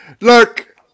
Look